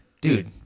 dude